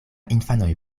infanoj